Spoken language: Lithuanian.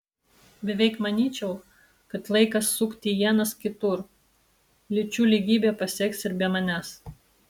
beveik manyčiau kad laikas sukti ienas kitur lyčių lygybę pasieks ir be manęs